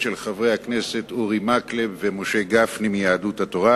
של חברי הכנסת אורי מקלב ומשה גפני מיהדות התורה,